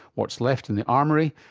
what's left in the armoury,